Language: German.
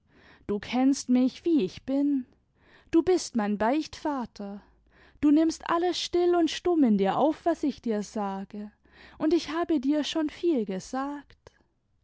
du kennst mich wie ich bin du bist mein beichtvater du nimmst alles still imd stumm in dir auf was ich dir sage und ich habe dir schon viel gesagt